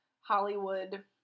Hollywood